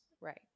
Right